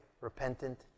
repentant